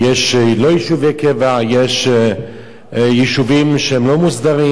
יש לא יישובי קבע, יש יישובים שהם לא מוסדרים,